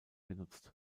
genutzt